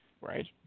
Right